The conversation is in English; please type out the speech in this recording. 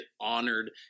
honored